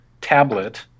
tablet